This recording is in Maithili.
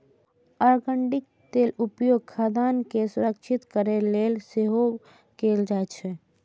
अरंडीक तेलक उपयोग खाद्यान्न के संरक्षित करै लेल सेहो कैल जाइ छै